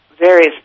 various